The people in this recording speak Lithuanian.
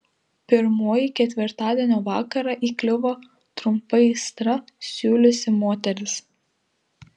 pirmoji ketvirtadienio vakarą įkliuvo trumpą aistrą siūliusi moteris